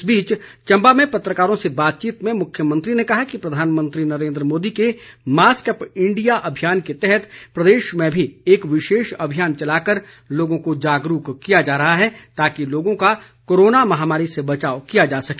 इस बीच चंबा में पत्रकारों से बातचीत में मुख्यमंत्री ने कहा कि प्रधानमंत्री नरेन्द्र मोदी के मास्क अप इंडिया अभियान के तहत प्रदेश में भी एक विशेष अभियान चलाकर लोगों को जागरूक किया जा रहा है ताकि लोगों का कोरोना महामारी से बचाव किया जा सके